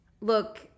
Look